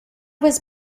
was